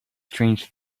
strange